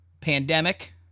pandemic